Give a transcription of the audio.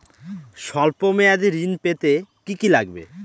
সল্প মেয়াদী ঋণ পেতে কি কি লাগবে?